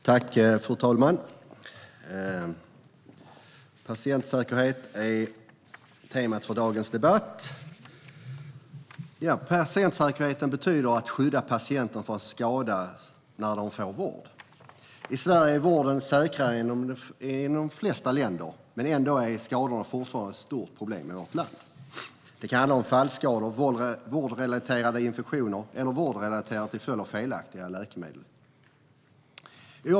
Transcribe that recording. Fru talman! Patientsäkerhet är temat för dagens debatt. Patientsäkerhet betyder att skydda patienter från att skadas när de får vård. I Sverige är vården säkrare än i de flesta andra länder, men ändå är skador fortfarande ett stort problem i vårt land. Det kan handla om fallskador, vårdrelaterade infektioner eller skador till följd av felaktiga läkemedel.